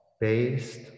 based